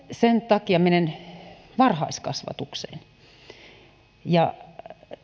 sen takia menen varhaiskasvatukseen ja